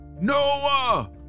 Noah